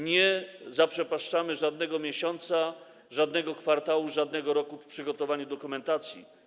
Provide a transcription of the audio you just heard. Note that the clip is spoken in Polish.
Nie zaprzepaszczamy żadnego miesiąca, żadnego kwartału, żadnego roku w zakresie przygotowania dokumentacji.